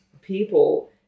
people